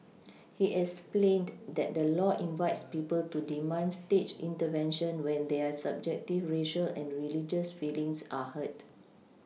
he explained that the law invites people to demand state intervention when their subjective racial and religious feelings are hurt